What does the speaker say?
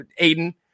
Aiden